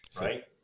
right